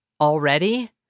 already